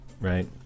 right